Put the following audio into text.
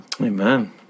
Amen